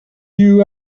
you